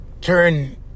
turn